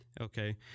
okay